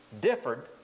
differed